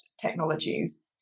technologies